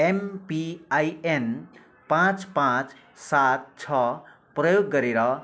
MPIN पाँच पाँच सात छ प्रयोग गरेर